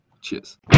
Cheers